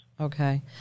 Okay